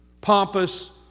pompous